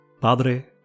Padre